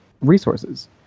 resources